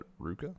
Ruka